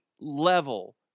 level